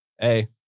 Hey